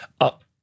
up